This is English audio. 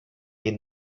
mean